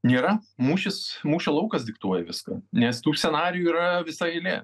nėra mūšis mūšio laukas diktuoja viską nes tų scenarijų yra visa eilė